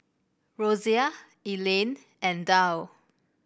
Rosia Elayne and Dow